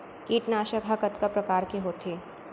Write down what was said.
कीटनाशक ह कतका प्रकार के होथे?